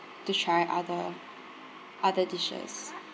to try other other dishes